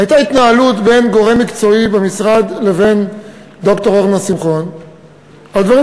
הייתה התנהלות בין גורם מקצועי במשרד לבין ד"ר אורנה שמחון על דברים